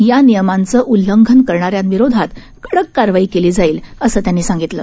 यानियमांचंउल्लंघनकरणाऱ्यांविरोधातकडककारवाईकेलीजाईल असंत्यांनीसांगितलं